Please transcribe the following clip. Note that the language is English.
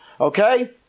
okay